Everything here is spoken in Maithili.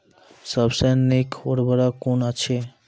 सबसे नीक उर्वरक कून अछि?